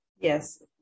yes